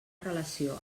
relació